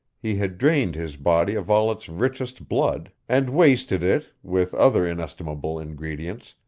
he had drained his body of all its richest blood, and wasted it, with other inestimable ingredients,